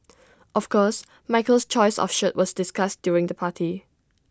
of course Michael's choice of shirt was discussed during the party